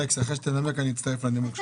אלכס, אחרי שתנמק, אני אצטרף לנימוק שלך.